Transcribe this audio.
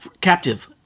captive